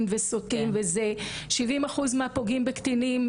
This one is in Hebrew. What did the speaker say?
אז זהו, אני לא רוצה לגזול יותר.